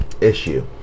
issue